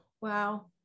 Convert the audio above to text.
wow